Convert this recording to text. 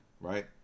right